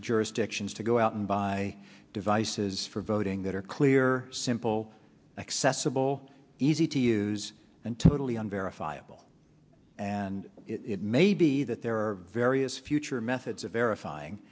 jurisdictions to go out and buy devices for voting that are clear simple accessible easy to use and totally on verifiable and it may be that there are various future methods of